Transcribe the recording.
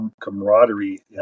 camaraderie